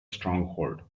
stronghold